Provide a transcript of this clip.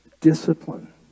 discipline